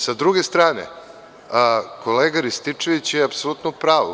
Sa druge strane, kolega Rističević je apsolutno upravu.